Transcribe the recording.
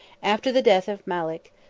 after the death of malek,